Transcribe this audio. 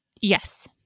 Yes